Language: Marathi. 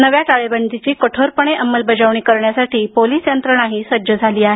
नव्या टाळेबंदीची कठोरपणे अंमलबजावणी करण्यासाठी पोलीस यंत्रणाही सज्ज झाली आहे